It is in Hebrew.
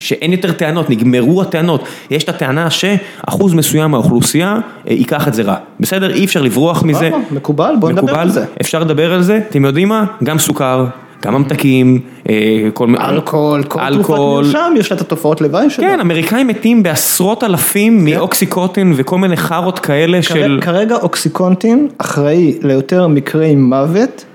שאין יותר טענות, נגמרו הטענות, יש את הטענה שאחוז מסוים מהאוכלוסייה ייקח את זה רע. בסדר? אי אפשר לברוח מזה. סבבה, מקובל, בוא נדבר על זה. אפשר לדבר על זה? אתם יודעים מה? גם סוכר, גם ממתקים, כל מיני... אלכוהול, כל תרופת מרשם יש לזה את התופעות לוואי שלו. כן, אמריקאים מתים בעשרות אלפים מאוקסיקונטין וכל מיני חרות כאלה של... כרגע אוקסיקונטין אחראי ליותר מקרי מוות...